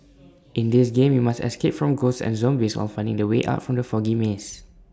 in this game you must escape from ghosts and zombies on finding the way out from the foggy maze